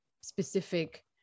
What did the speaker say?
specific